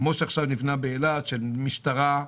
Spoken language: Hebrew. כמו שעכשיו נבנה באילת שכולל משטרה,